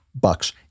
bucks